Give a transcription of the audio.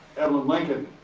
evelyn lincoln,